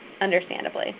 understandably